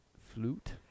Flute